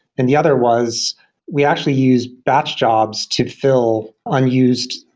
and the other was we actually use batch jobs to fill unused,